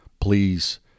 please